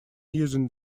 using